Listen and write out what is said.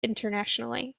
internationally